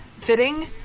fitting